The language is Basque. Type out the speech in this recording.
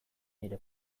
nire